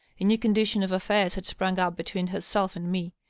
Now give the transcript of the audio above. a new condition of affairs had sprung up between herself and me.